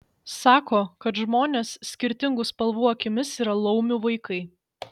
sako kad žmonės skirtingų spalvų akimis yra laumių vaikai